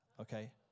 okay